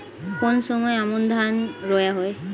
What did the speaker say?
কোন সময় আমন ধান রোয়া হয়?